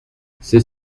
c’est